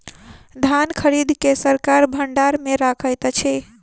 धान खरीद के सरकार भण्डार मे रखैत अछि